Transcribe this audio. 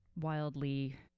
wildly